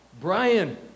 Brian